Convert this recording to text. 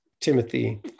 Timothy